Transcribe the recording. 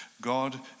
God